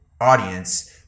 audience